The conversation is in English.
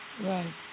Right